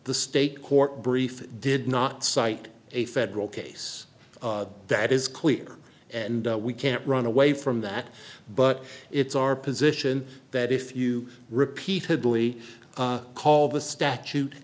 the state court brief did not cite a federal case that is clear and we can't run away from that but it's our position that if you repeatedly call the statute